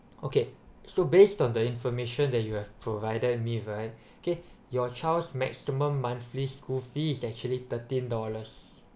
okay so based on the information that you have provided me right okay your child's maximum monthly school fee is actually thirteen dollars